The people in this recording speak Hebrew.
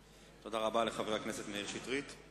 תודה רבה לחבר הכנסת מאיר שטרית.